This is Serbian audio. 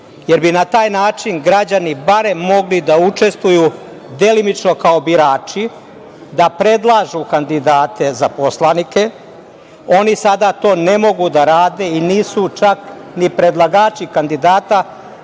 jer bi na taj način građani barem mogli da učestvuju delimično kao birači, da predlažu kandidate za poslanike. Oni sada to ne mogu da rade i nisu čak ni predlagači kandidata,